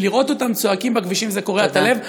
כי לראות אותם צועקים בכבישים זה קורע את הלב,